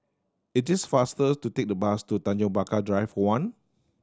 it is faster to take the bus to Tanjong Pagar Drive One